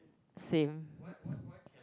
same